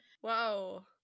whoa